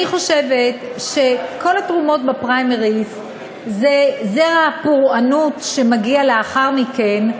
אני חושבת שכל התרומות בפריימריז זה זרע הפורענות כשמגיע לאחר מכן,